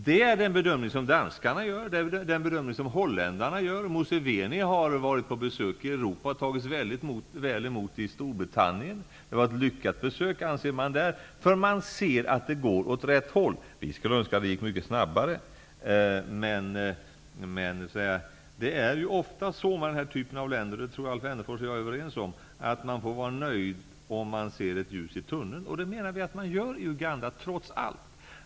Det är den bedömning som danskarna gör. Det är den bedömning som holländarna gör. Museveni har varit på besök i Europa och tagits mycket väl emot i Storbritannien. Det var ett lyckat besök, anser man där, för man ser att det går åt rätt håll. Vi skulle önska att det gick mycket snabbare, men det är ofta så med den här typen av länder, det tror jag att Alf Wennerfors och jag är överens om, att man får vara nöjd om man ser ett ljus i tunneln, och det menar vi att man gör i Uganda, trots allt.